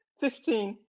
Fifteen